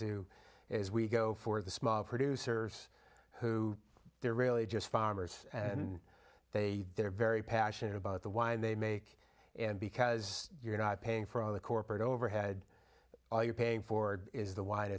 do is we go for the small producers who they're really just farmers and they are very passionate about the wine they make and because you're not paying for the corporate overhead you're paying for is the wide